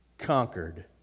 conquered